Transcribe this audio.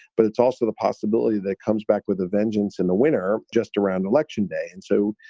but it's also the possibility that comes back with a vengeance in the winter just around election day. and so,